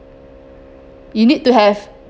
you need to have